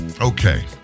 okay